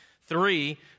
Three